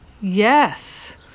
Yes